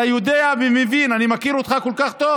אתה יודע ומבין, אני מכיר אותך כל כך טוב